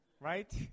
right